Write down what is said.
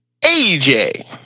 AJ